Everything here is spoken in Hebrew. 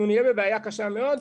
אנחנו נהיה בבעיה קשה מאוד.